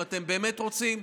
אם אתם באמת רוצים,